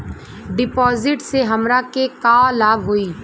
डिपाजिटसे हमरा के का लाभ होई?